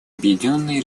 объединенной